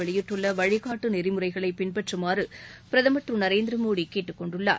வெளியிட்டுள்ள வழிகாட்டு நெறிமுறைகளை பின்பற்றுமாறு பிரதமா் திரு நரேந்திர மோடி கேட்டுக்கொண்டுள்ளார்